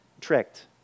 tricked